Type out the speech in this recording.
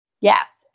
Yes